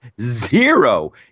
zero